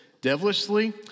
devilishly